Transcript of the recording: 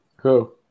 Cool